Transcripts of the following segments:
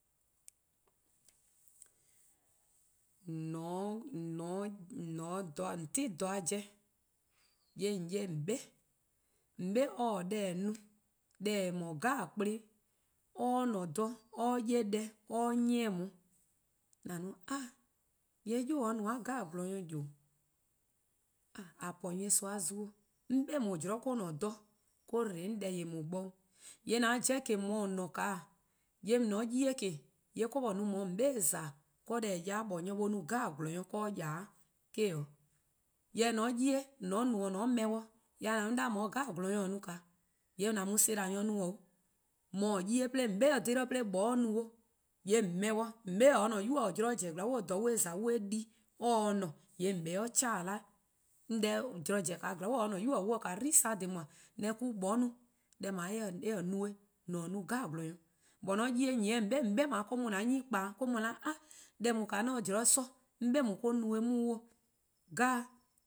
:mo :on 'ti 'o dha-a 'jeh, :yee :on 'ye 'be, :on 'be or taa deh no, deh :eh no-a kplen 'jeh ne, :mor or :ne dha, :mor or 'ye deh or 'nyi on, :an no 'a! :yee' 'yu :daa or no-eh nyor 'jeh :yo, 'a! :a po nyorsoa-a zio' 'on 'be :daa or-: :ne dha :or 'bdo 'on deh bo 'o :yee' :an 'jeh :ke :or :ne-a 'o :mor :on 'ye-eh :ke, :yee' :kaa :on 'ye no :'ye :on 'be-a :za-dih:. Deh :eh 'ya 'de 'nyi :gwlor-nyor no nyor 'jeh 'de :yard eh 'o. :yee :mor :on 'ye, 'de :on 'ye-eh dih kpon :yee' :kaa :an mu no-: 'de :on 'ye nyor 'jeh :daa no :eh, :yee' :an mu sasa-nyor no 'o. :mor :or 'ye-eh 'de :on 'be :dhe-dih 'de 'moeh-a' no or, :on 'ble-eh 'de :on 'be-: 'dekorn: or-a'a: :nynuu: zorn zen zorn bo :dhe on 'ye-eh :za on 'ye-eh di 'do se :ne :yee' :on kpa 'o or 'keleh: 'da 'weh. zorn zen-a glaa'on or-: or-a'a: 'nynuu: on se 'dlu+ sa 'de nae' :e, neh mo-: 'moeh-a no, deh :dao' eh-' no-eh :an-a: no nyor 'jeh. Jorwor: :mor :on 'ye-eh :yee' 'nyi-eh :on 'be :on 'be :dao or-: mu an-a' 'nyene :kpa-' or-: mu-a 'o 'a! Deh :daa 'on de-a 'sor :zean' 'on 'be :daa or-: no-eh 'on bo-dih 'o,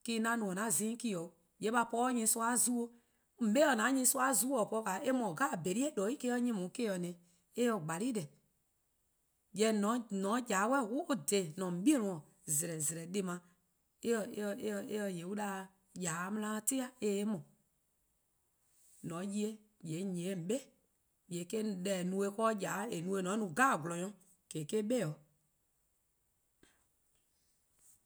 dhih 'jeh eh-: :korn dhih 'an no-a 'o 'an za-ih 'o, a po-or nyorsoa-a' zeo. :mor :on 'be :taa :an nyorsoa-a' zio po :yee' eh :mor :bhorlie' :dhuli' 'o or 'nyi on :neh 'o eh :se deh :dele. 'Jorwor: :on :ne 'de yard 'suh whole day mor-: 'dekorn: :on 'bei'-: :zleh. :zleh, 'deh :dao' eh :se :yeh an 'da-dih yard-a 'di 'ti-eh:, eh :se-eh :mor. :mor :on 'ye-eh :yee' 'nyi-eh :on 'be, :yee' deh :eh no-eh 'de yard 'de :an no-a nyor 'jeh eh-: 'o.